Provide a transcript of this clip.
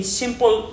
simple